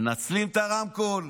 הם מנצלים את הרמקול: